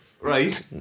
Right